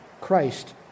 Christ